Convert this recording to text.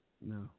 No